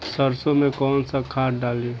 सरसो में कवन सा खाद डाली?